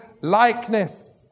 likeness